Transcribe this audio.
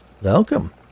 Welcome